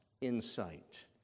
insight